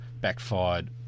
backfired